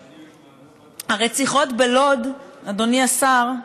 הרציחות בלוד, אדוני השר,